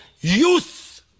Youth